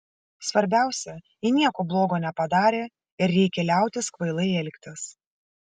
svarbiausia ji nieko blogo nepadarė ir reikia liautis kvailai elgtis